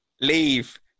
Leave